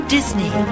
Disney